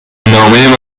نامه